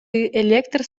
электр